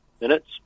minutes